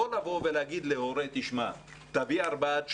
לא להגיד להורה: תביא ארבעה צ'קים,